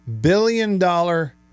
billion-dollar